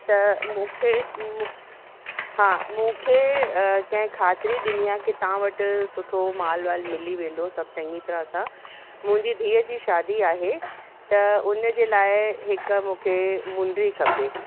त मूंखे मु हा मूंखे कंहिं ख़ातिरी ॾिनी आहे की तव्हां वटि सुठो माल वाल मिली वेंदो सभु चंङी तरह सां मुंहिंजी धीअ जी शादी आहे त उनजे लाइ हिक त मूंखे मुंडी खपे